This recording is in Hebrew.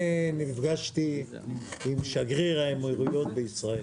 אני נפגשתי עם שגריר האמירויות בישראל.